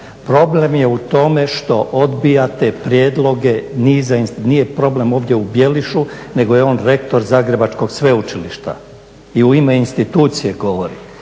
problem je u tome što odbijate prijedloge nije problem ovdje u Bjelišu, nego je on rektor Zagrebačkog sveučilišta i u ime institucije govori.